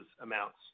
amounts